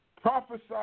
Prophesy